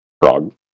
Frog